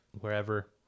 wherever